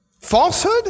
falsehood